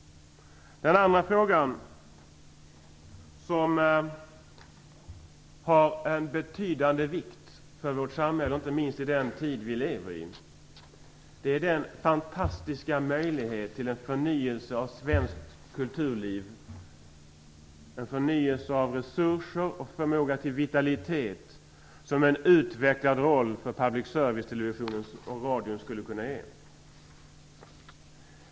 Den andra frågan, som är av betydande vikt i vårt samhälle, inte minst i den tid vi lever i, är den fantastiska möjlighet till förnyelse av svenskt kulturliv, av resurser och av förmåga till vitalitet som en utvecklad roll för public service-televisionen och public serviceradion skulle kunna ge.